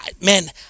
Man